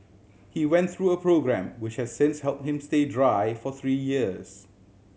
he went through a programme which has since helped him stay dry for three years